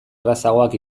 errazagoak